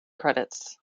credits